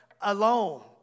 alone